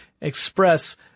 express